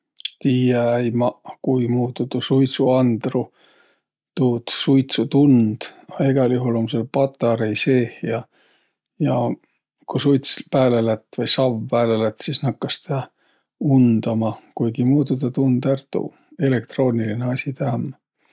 Tiiä-äi maq, kuimuudu tuu suidsuandru tuud suitsu tund, a egäl juhul um sääl patarei seeh ja ja kui suits pääle lätt, vai savv pääle lätt, sis nakkas tä undama. Kuigimuudu tä tund ärq tuu. Elektroonilinõ asi tä um.